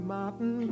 Martin